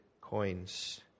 coins